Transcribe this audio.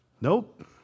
Nope